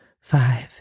five